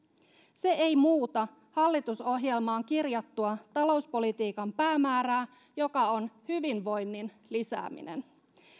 se ei muuta hallitusohjelmaan kirjattua talouspolitiikan päämäärää joka on hyvinvoinnin lisääminen